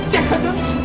Decadent